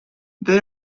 they